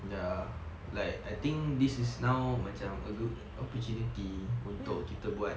ya like I think this is now macam a good opportunity untuk kita buat